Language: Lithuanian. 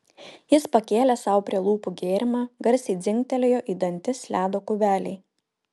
jis pakėlė sau prie lūpų gėrimą garsiai dzingtelėjo į dantis ledo kubeliai